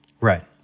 Right